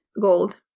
gold